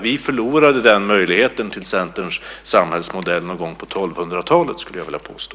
Vi förlorade möjligheten till Centerns samhällsmodell någon gång på 1200-talet, skulle jag vilja påstå.